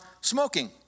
smoking